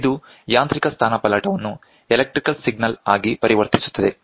ಇದು ಯಾಂತ್ರಿಕ ಸ್ಥಾನಪಲ್ಲಟವನ್ನು ಎಲೆಕ್ಟ್ರಿಕಲ್ ಸಿಗ್ನಲ್ ಆಗಿ ಪರಿವರ್ತಿಸುತ್ತದೆ